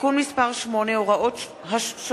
(תיקון מס' 8) (הוראות שונות),